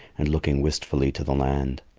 and looking wistfully to the land.